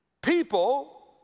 People